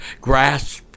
grasped